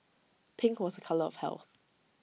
pink was A colour of health